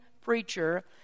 preacher